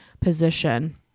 position